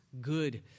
good